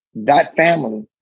that family,